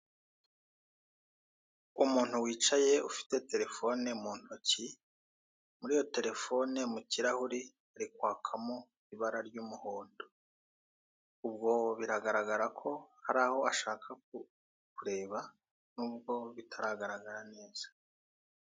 Umuntu wicaye ufite telefone muntoki, muri iyo Telefone mukirahuri hari kwakamo ibara ry'umuhondo, ubwo biragaragara ko hari aho ashaka kureba, nubwo bitaragara neza.